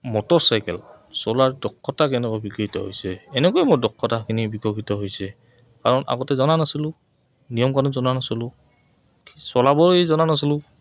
motorcycle চলাৰ দক্ষতা কেনেকুৱা বিকশিত হৈছে এনেকৈ মোৰ দক্ষতাখিনি বিকশিত হৈছে কাৰণ আগতে জনা নাছিলোঁ নিয়ম কানুন জনা নাছিলোঁ চলাবই জনা নাছিলোঁ